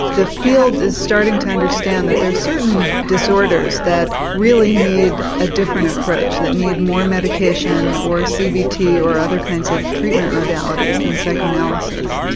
the field is starting to understand that there're certain disorders that really need a different approach, that need more medication, or a cbt, or other kinds of treatment modalities than psychoanalysis.